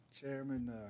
Chairman